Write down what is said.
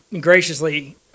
graciously